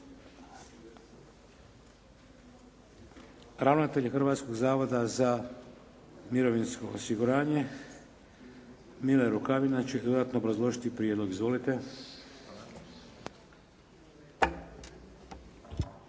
Ravnatelj Hrvatskog zavoda za mirovinsko osiguranje Mile Rukavina će dodatno obrazložiti prijedlog. Izvolite.